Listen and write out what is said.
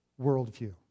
worldview